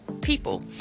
people